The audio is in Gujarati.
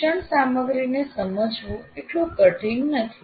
શિક્ષણ સામગ્રી ને સમજવું એટલું કઠિન નથી